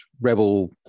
rebel